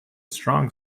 strong